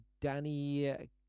danny